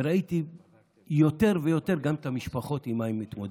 וראיתי יותר ויותר את המשפחות, עם מה הן מתמודדות.